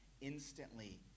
instantly